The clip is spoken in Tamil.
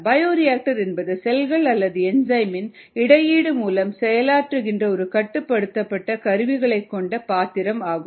பயோரியாக்டர் என்பது செல்கள் அல்லது என்சைம் இன் இடையீடு மூலம் செயலாற்றுகிற ஒரு கட்டுப்படுத்தப்பட்ட கருவிகளைக் கொண்ட பாத்திரம் ஆகும்